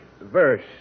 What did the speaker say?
verse